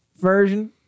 version